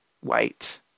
white